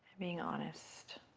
being honest.